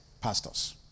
pastors